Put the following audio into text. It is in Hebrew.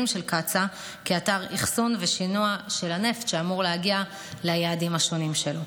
של קצא"א כאתר אחסון ושינוע של הנפט שאמור להגיע ליעדים השונים שלו.